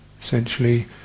essentially